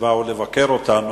שבאו לבקר אותנו.